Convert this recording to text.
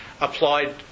applied